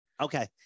Okay